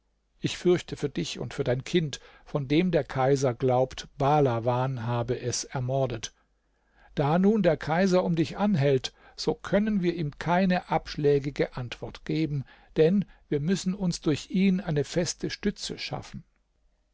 ich fürchte für dich und für dein kind von dem der kaiser glaubt bahlawan habe es ermordet da nun der kaiser um dich anhält so können wir ihm keine abschlägige antwort geben denn wir müssen uns durch ihn eine feste stütze schaffen